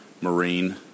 Marine